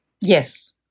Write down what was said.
Yes